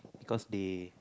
because they